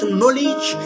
knowledge